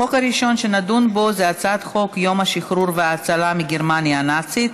החוק הראשון שנדון בו הוא הצעת חוק יום השחרור וההצלה מגרמניה הנאצית,